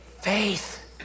faith